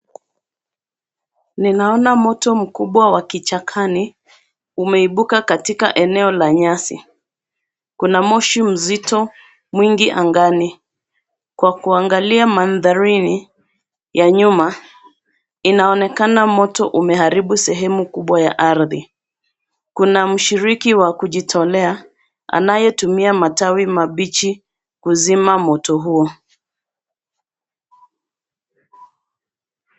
Nina ona moto mkubwa wa kichakani umeibuka katika eneo la nyasi. Kuna moshi mzito angani, kwa kuangalia mandharini ya nyuma inaonekana moto umeharibu sehemu kubwa ya ardhi. Kuna mshiriki wa kujitolea anaye tumia matawi mabichi kuzima moto huo.